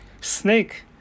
snake